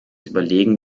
überlegen